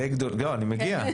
אני מגיע.